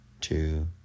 two